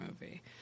movie